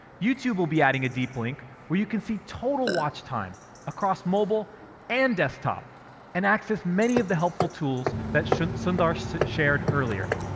youtube will be adding a deep link where you can see total watch time across mobile and desktop and access many of the helpful tools that sundar so shared earlier.